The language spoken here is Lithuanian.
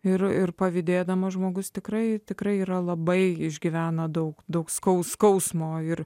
ir ir pavydėdamas žmogus tikrai tikrai yra labai išgyvena daug daug skaus skausmo ir